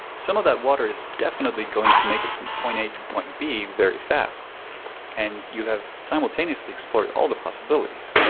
some of that water is definitely going to make it from point a to point b very fast and you have simultaneously explored all the possibilities.